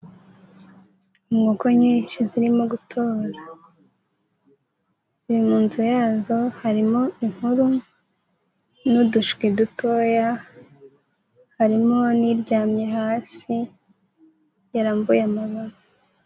Inkoko nyinshi zirimo gutora, ziri munzu ya zo harimo inkuru n'udushwi dutoya, harimo n'iryamye hasi yarambuye amababa.